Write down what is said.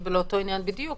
אני לאותו עניין בדיוק.